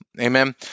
Amen